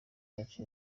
yacu